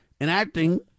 enacting